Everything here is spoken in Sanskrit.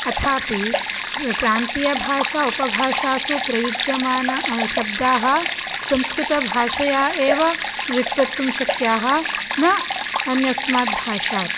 अथापि प्रान्तीयभाषा उपभाषासु प्रयुज्यमानशब्दाः संस्कृतभाषया एव वित्पत्तुं शक्याः न अन्यस्मात् भाषात्